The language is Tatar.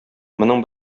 моның